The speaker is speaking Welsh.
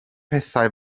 pethau